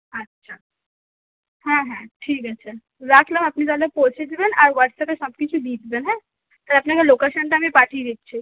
আচ্ছা হ্যাঁ হ্যাঁ ঠিক আছে রাখলাম আপনি তাহলে পৌঁছে দিবেন আর ওয়াটস অ্যাপে সব কিছু দিয়ে দিবেন হ্যাঁ তো আপনাকে লোকেশানটা আমি পাঠিয়ে দিচ্ছি